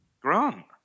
Grant